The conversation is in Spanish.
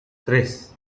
tres